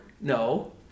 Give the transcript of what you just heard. No